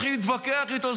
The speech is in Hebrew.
התחיל להתווכח איתו,